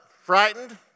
frightened